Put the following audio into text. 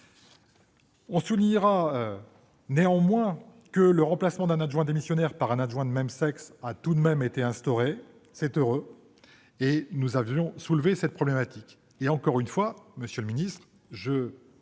On soulignera néanmoins que le remplacement d'un adjoint démissionnaire par un adjoint de même sexe a tout de même été instauré. C'est heureux ! Nous avions d'ailleurs soulevé cette problématique, et je tiens, monsieur le ministre, à